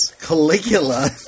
Caligula